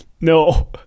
no